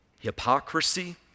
Hypocrisy